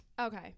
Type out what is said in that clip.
Okay